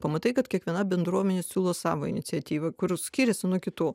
pamatai kad kiekviena bendruomenė siūlo savo iniciatyvą kuri skiriasi nuo kitų